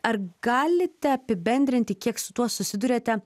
ar galite apibendrinti kiek su tuo susiduriate